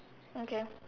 okay